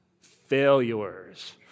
Failures